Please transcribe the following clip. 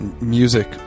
music